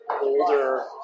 older